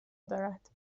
دارد